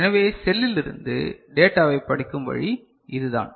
எனவே செல்லிலிருந்து டேட்டாவைப் படிக்கும் வழி இதுதான்